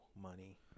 money